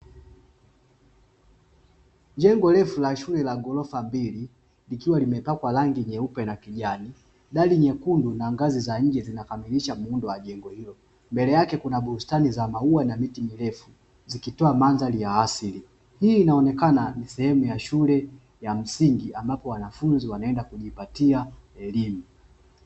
Jengo refu la shule la ghorofa mbili likiwa limepakwa kwa rangi nyeupe na kijani ,dari nyekundu na ngazi za nje zinakamilisha muundo wa jengo hilo mbele yake kuna bustani za maua na miti mirefu zikitoa mandhari ya asili hii inaonekana ni sehemu ya shule ya msingi ambapo wanafunzi wanaenda kujipatia elimu